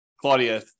Claudia